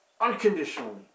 unconditionally